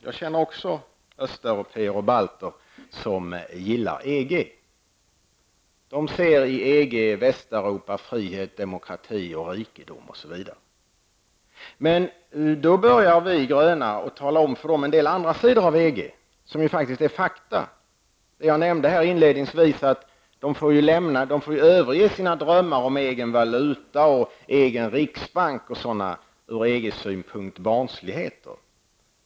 Jag känner också östeuropéer och balter som gillar EG. De ser i EG och Västeuropa frihet, demokrati, rikedom osv. Vi gröna har då börjat berätta för dem om en del andra sidor av EG, om sådant som faktiskt är fakta. Inledningsvis sade jag att de får överge sina drömmar om egen valuta, egen riksbank och annat som från EGs synpunkt är barnsligheter.